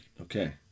Okay